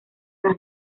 las